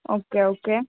okay okay